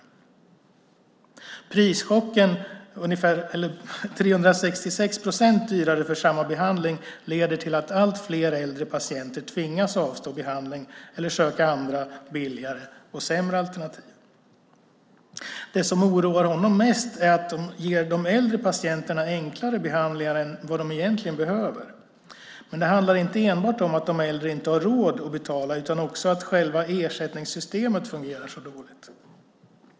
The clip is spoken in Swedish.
Att samma behandling har blivit 366 procent dyrare leder till att allt fler äldre patienter tvingas avstå behandling eller söka andra, billigare och sämre alternativ. Det som oroar honom mest är att de ger de äldre patienterna enklare behandlingar än vad de egentligen behöver. Det handlar inte enbart om att de äldre inte har råd att betala utan också om att själva ersättningssystemet fungerar så dåligt.